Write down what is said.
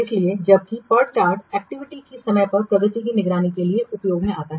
इसलिए जबकि PERT chart गतिविधि की समय पर प्रगति की निगरानी के लिए उपयोगी है